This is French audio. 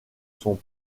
son